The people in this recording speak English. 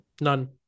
none